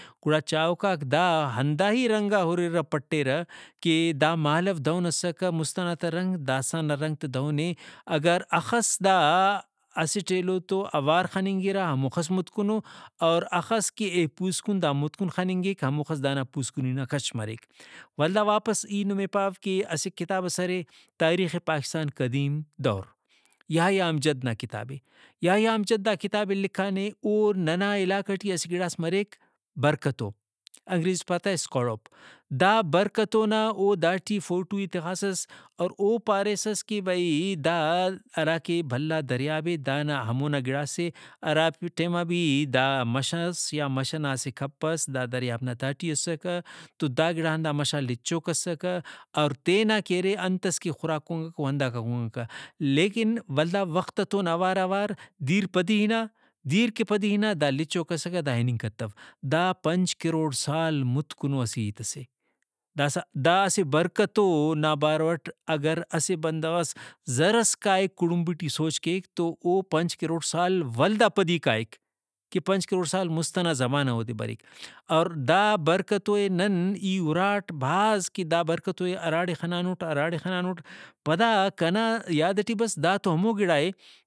گڑا چاہوکاک دا ہندا ہی رنگا ہُررہ پٹیرہ کہ دا مہالو دہن اسکہ مُست ئنا تہ رنگ داسہ نا رنگ تہ دہنے اگر اخس دا اسٹ ایلو تو اوار خننگرہ ہموخس مُتکنو اور ہخس کہ پوسکن دا مُتکن خننگک ہموخس دانا پوسکنی نا کچ مریک۔ ولدا واپس ای نمے پاو کہ اسہ کتابس ارے تاریخ پاکستان قدیم دور یحییٰ امجد نا کتابے۔ یحییٰ امجد دا کتابے لکھانے او ننا علاقہ ٹی اسہ گڑاس مریک برکتو انگریزی ٹی پارہ تہ (English)دا برکتو نا او داٹی فوٹو ئے تخاسس اور او پاریسس کہ بھئی دا ہراکہ بھلا دریابے دانا ہمونا گڑاسے ہرا ٹائما بھی دا مش ئس یا مش ئنا اسہ کھپ ئس دا دریاب نا تہٹی اسکہ تو دا گڑا ہندا مَش آ لچوک اسکہ اور تینا کہ ارے ہنتس کہ خوراک کُنگکہ او ہنداکا کُنگکہ۔ لیکن ولدا وخت تون اوار اوار دیر پدی ہنا دیر کہ پدی ہنا دا لچوک اسکہ دا اِننگ کتو۔ دا پنچ کروڑ سال مُتکنو اسہ ہیت سے۔ داسہ دا اسہ برکتو نا باروٹ اگر اسہ بندغس زرس کائک کُڑمبی ٹی سوچ کیک تو او پنچ کروڑ سال ولدا پدی کائک کہ پنچ کروڑ سال مُست ئنا زمانہ اودے بریک۔ اور دا برکتو ئے نن ای ہُراٹ بھاز کہ دا برکتو ئے ہراڑے خنانُٹ ہراڑے خنانُٹ پدا کنا یاد ٹی بس دا تو ہمو گڑائے